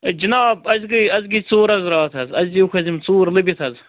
ہے جِناب اَسہِ گٔے اَسہِ گٔے ژوٗر حظ راتھ حظ اَسہِ دیِٖوُکھ حظ یِم ژوٗر لٔبِتھ حظ